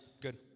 Good